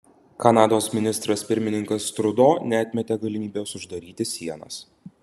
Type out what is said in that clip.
kanados ministras pirmininkas trudo neatmetė galimybės uždaryti sienas